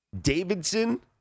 Davidson